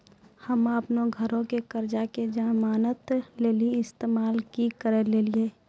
हम्मे अपनो घरो के कर्जा के जमानत लेली इस्तेमाल करि लेलियै